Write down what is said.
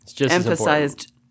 emphasized